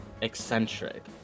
eccentric